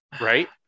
right